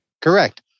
Correct